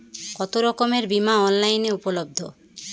কতোরকমের বিমা অনলাইনে উপলব্ধ?